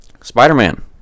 Spider-Man